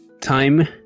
time